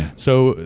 so,